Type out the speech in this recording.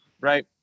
right